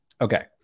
Okay